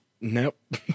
Nope